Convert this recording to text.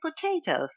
potatoes